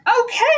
okay